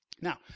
Now